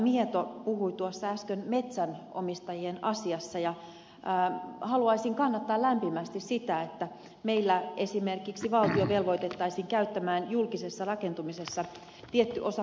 mieto puhui tuossa äsken metsänomistajien asiassa ja haluaisin kannattaa lämpimästi sitä että meillä esimerkiksi valtio velvoitettaisiin käyttämään julkisessa rakentamisessa tietty osa puuta